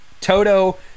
Toto